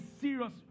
serious